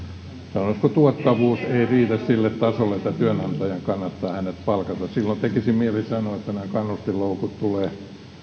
sanoisiko tuottavuus ei riitä sille tasolle että työnantajan kannattaa hänet palkata silloin tekisi mieli sanoa että nämä kannustinloukut tulevat